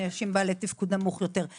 יש בעלי תפקוד נמוך יותר.